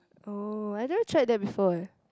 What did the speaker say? oh I never tried that before eh